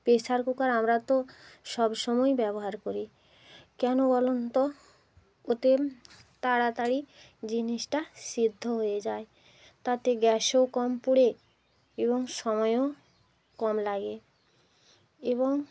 pressure cooker আমরা তো সব সময়ই ব্যবহার করি কেন বলুন তো ওতে তাড়াতাড়ি জিনিসটা সেদ্ধ হয়ে যায় তাতে গ্যাসও কম পুড়ে এবং সময়ও কম লাগে এবং